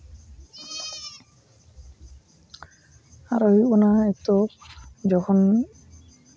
ᱟᱨ ᱦᱩᱭᱩᱜ ᱠᱟᱱᱟ ᱱᱤᱛᱳᱜ ᱡᱚᱠᱷᱚᱱ